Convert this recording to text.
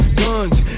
guns